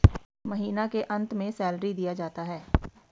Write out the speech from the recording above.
महीना के अंत में सैलरी दिया जाता है